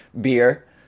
beer